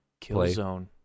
Killzone